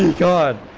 god